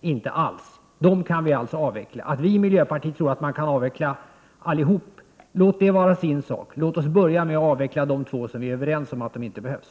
inte alls behövs. De kan alltså avvecklas. Vi i miljöpartiet tror att vi kan avveckla allihop. Låt det vara en sak för sig. Låt oss börja med att avveckla de två reaktorer som vi är överens om inte behövs.